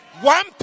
One